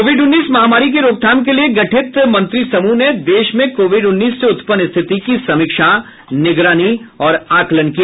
Covid उन्नीस महामारी की रोकथाम के लिए गठित मंत्री समूह ने देश में कोविड उन्नीस से उत्पन्न स्थिति की समीक्षा निगरानी और आकलन किया